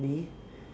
me